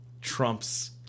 Trump's